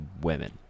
women